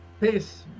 Peace